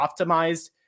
optimized